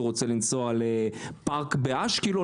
לפארק באשקלון,